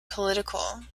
political